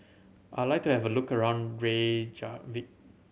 I like to have a look around Reykjavik